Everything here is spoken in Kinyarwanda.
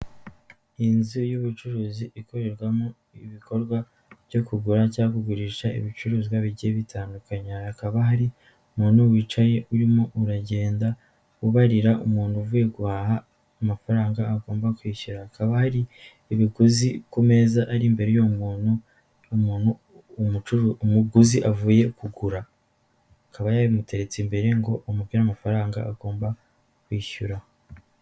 Inzu y'ubucuruzi ikorerwamo ibikorwa byo kugura cyangwa kugurisha ibicuruzwa bigiye bitandukanya hakaba hari umuntu wicaye urimo uragenda ubarira umuntu uvuye guhaha amafaranga agomba kwishyura hakaba hari ibiguzwe ku meza ari imbere y'umuntu, umuguzi avuye kugura akaba yabimuteretse imbere ngo amubwire amafaranga agomba kwishyura.